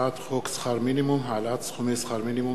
הצעת חוק שכר מינימום (העלאת סכומי שכר מינימום,